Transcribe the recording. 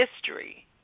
history